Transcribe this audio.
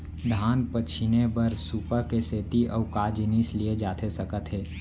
धान पछिने बर सुपा के सेती अऊ का जिनिस लिए जाथे सकत हे?